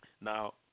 Now